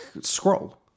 scroll